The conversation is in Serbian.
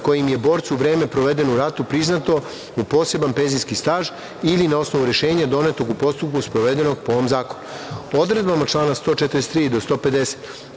kojim je borcu vreme provedeno u ratu priznato u poseban penzijski staž ili na osnovu rešenja donetog u postupku, sprovedenog po ovom zakonu. Odredbama člana 143. do 150.